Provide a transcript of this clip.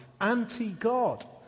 anti-God